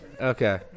Okay